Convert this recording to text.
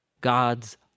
God's